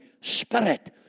Spirit